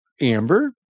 amber